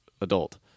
adult